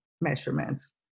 measurements